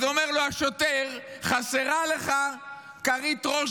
אז אומר לו השוטר: חסרה לך כרית ראש